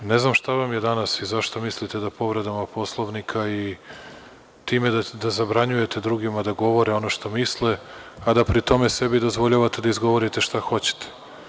Ne znam šta vam je danas i zašto mislite da povredama Poslovnika i time da zabranjujete drugima da govore ono što misle, a da pri tome sebi dozvoljavate da izgovorite šta hoćete.